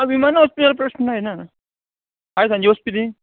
आं विमानान वचपी जाल्यार प्रश्न येना आयज सांजे वचपी तीं